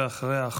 ואחריה,